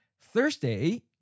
Thursday